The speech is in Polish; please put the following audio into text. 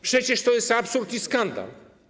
Przecież to jest absurd i skandal.